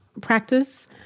practice